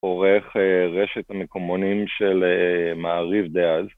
עורך רשת המקומונים של מעריב דאז